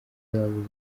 zabo